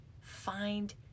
find